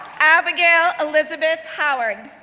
abigail elizabeth howard,